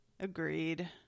agreed